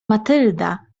matylda